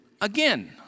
again